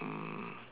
mm